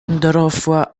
dorosła